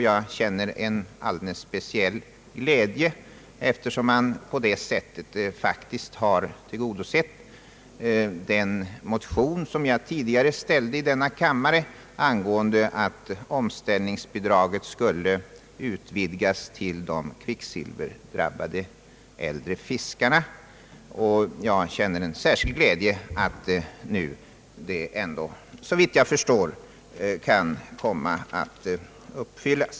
Jag känner en alldeles speciell glädje, eftersom man på det sättet har tillgodosett yrkandet i den motion som jag tidigare avlämnat till denna kammare angående behovet av att utvidga omställningsbidraget till de av kvicksilvrets skadeverkningar drabbade äldre fiskarna.